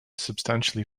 substantially